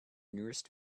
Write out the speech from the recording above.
nearest